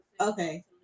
Okay